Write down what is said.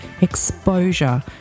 exposure